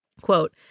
Quote